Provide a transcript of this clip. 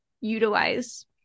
utilize